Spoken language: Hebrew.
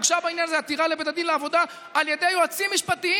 הוגשה בעניין זה עתירה לבית הדין לעבודה על ידי יועצים משפטיים